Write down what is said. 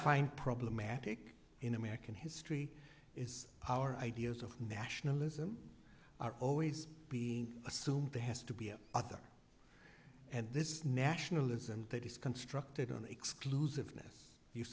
find problematic in american history is our ideas of nationalism are always being assumed the has to be other and this is nationalism that is constructed on exclusiveness you